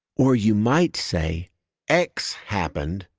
or you might say x happened,